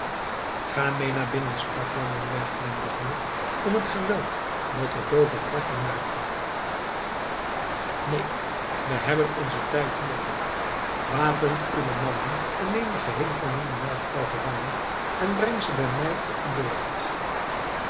ga mee naar binnen sprak landenberg glimlachende om het geweld dat de doove kwartel maakte neen we hebben onzen tijd noodig wapent uwe mannen en neem de geheele familie melchtal gevangen en breng ze bij mij op den burcht